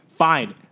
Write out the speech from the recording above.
Fine